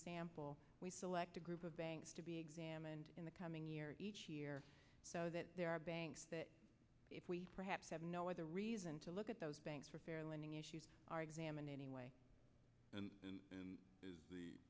sample we select a group of banks to be examined in the coming year each year so that there are banks that if we perhaps have no other reason to look at those banks for fair lending issues are examined anyway